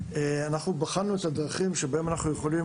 אנחנו בחנו את הדרכים שבהן אנחנו יכולים